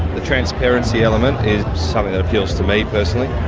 the transparency element is something that appeals to me personally